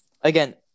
Again